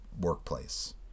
workplace